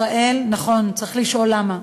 נכון, צריך לשאול למה.